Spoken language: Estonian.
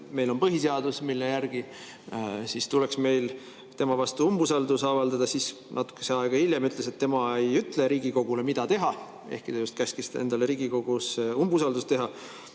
meil on põhiseadus, mille järgi tuleks meil tema vastu umbusaldust avaldada, ja natuke aega hiljem ütles, et tema ei ütle Riigikogule, mida teha, ehkki ta just käskis endale Riigikogus umbusaldus teha.